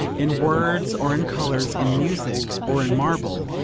in words or in colours, in music or in marble,